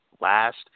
last